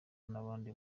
n’abandi